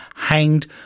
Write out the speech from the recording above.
Hanged